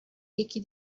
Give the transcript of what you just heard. یکی